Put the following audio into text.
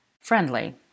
Friendly